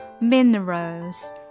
minerals